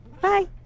Bye